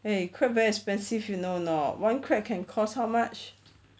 eh crab very expensive you know or not one crab can cost how much